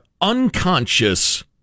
unconscious